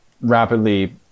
rapidly